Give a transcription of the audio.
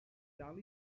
dal